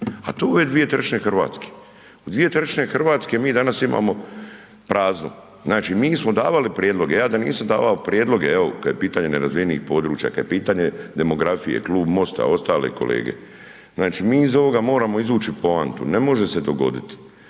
A to je ove dvije trećine Hrvatske. U 2/3 Hrvatske mi danas imamo prazno. Znači mi smo davali prijedloge. Ja da nisam davao prijedloge, evo kada je pitanje nerazvijenih područja, kada je pitanje demografije, klub MOST-a, ostale kolege, znači mi iz ovoga moramo izvući poantu, ne može se dogoditi